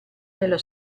nella